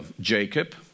Jacob